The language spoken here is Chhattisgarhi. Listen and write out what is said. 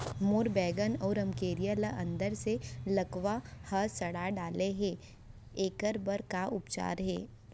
मोर बैगन अऊ रमकेरिया ल अंदर से लरवा ह सड़ा डाले हे, एखर बर का उपचार हे?